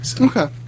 Okay